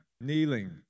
kneeling